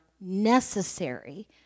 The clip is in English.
necessary